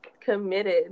Committed